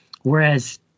whereas